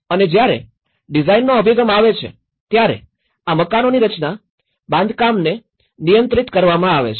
અને જ્યારે ડિઝાઇનનો અભિગમ આવે છે ત્યારે આ મકાનોની રચના અને બાંધકામને નિયંત્રિત કરવામાં આવે છે